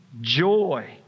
joy